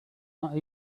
not